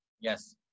Yes